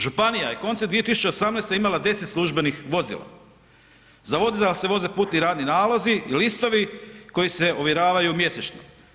Županija je koncem 2018. imala 10 službenih vozila, za vozila se vode putni radni nalozi i listovi koji se ovjeravaju mjesečno.